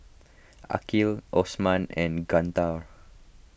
Aqil Osman and Guntur